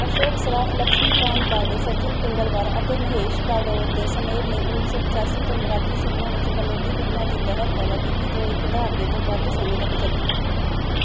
ਅਸ਼ੋਕ ਸਰਾਫ ਲਕਸ਼ਮੀਕਾਂਤ ਬਰਡੇ ਸਚਿਨ ਪਿਗਲਵਰ ਅਤੇ ਮਹੇਸ਼ ਕਾਡੋਰ ਦੇ ਸੁਮੇਲ ਨੇ ਉੱਨੀ ਸੌ ਪਚਾਸੀ ਤੋਂ ਮਰਾਠੀ ਸਿਨੇਮਾ ਵਿੱਚ ਕਾਮੇਡੀ ਫ਼ਿਲਮਾਂ ਦੀ ਲਹਿਰ ਪੈਦਾ ਕੀਤੀ ਜੋ ਇੱਕ ਦਹਾਕੇ ਤੋਂ ਵੱਧ ਸਮੇਂ ਤੱਕ ਚੱਲੀ